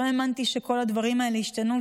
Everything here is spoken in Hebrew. לא האמנתי שכל הדברים האלה ישתנו,